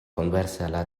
conserva